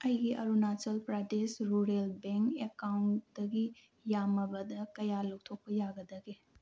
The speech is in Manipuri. ꯑꯩꯒꯤ ꯑꯔꯨꯅꯥꯆꯜ ꯄ꯭ꯔꯗꯦꯁ ꯔꯨꯔꯦꯜ ꯕꯦꯡꯛ ꯑꯦꯛꯀꯥꯎꯟꯇꯒꯤ ꯌꯥꯝꯃꯕꯗ ꯀꯌꯥ ꯂꯧꯊꯣꯛꯄ ꯌꯥꯒꯗꯒꯦ